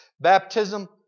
baptism